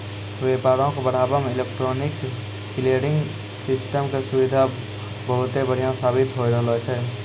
व्यापारो के बढ़ाबै मे इलेक्ट्रॉनिक क्लियरिंग सिस्टम के सुविधा बहुते बढ़िया साबित होय रहलो छै